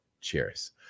Cheers